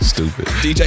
Stupid